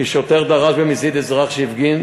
כי שוטר דרס במזיד אזרח שהפגין,